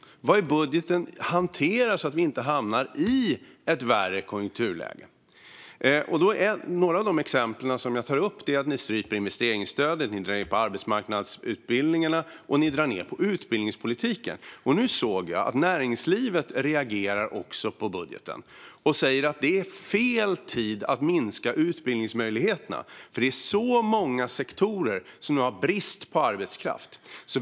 Vad i budgeten hanterar risken för att hamna i ett värre konjunkturläge? Några exempel som jag tar upp är att ni stryper investeringsstödet, drar in på arbetsmarknadsutbildningarna och drar ned på utbildningspolitiken. Och nu såg jag att näringslivet också reagerar på budgeten. De säger att det är fel tid att minska utbildningsmöjligheterna, för det är så många sektorer som har brist på arbetskraft.